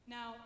Now